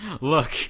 look